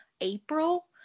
April